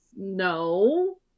No